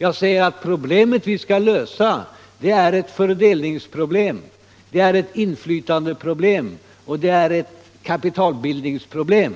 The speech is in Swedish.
Jag säger att det problem vi skall lösa är ett fördelningsproblem, ett inflytandeproblem och ett kapitalbildningsproblem.